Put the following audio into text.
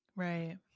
Right